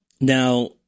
Now